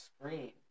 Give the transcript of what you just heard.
screen